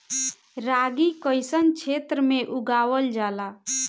रागी कइसन क्षेत्र में उगावल जला?